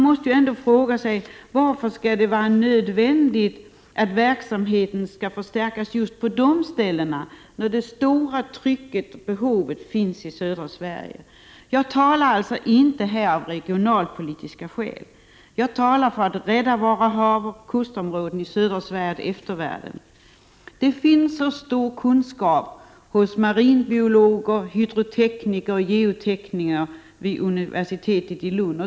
Men varför skall det vara nödvändigt att förstärka verksamheten just på dessa ställen när det stora trycket och behovet finns i södra Sverige? Jag talar alltså inte av regionalpolitiska skäl, utan jag talar för att man skall rädda haven och kustområdena i södra Sverige till eftervärlden. Det finns så stor kunskap hos marinbiologer, hydrotekniker och geotekniker vid universitetet i Lund.